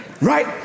Right